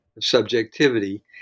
subjectivity